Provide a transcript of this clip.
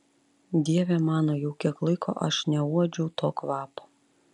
dieve mano jau kiek laiko aš neuodžiau to kvapo